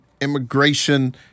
Immigration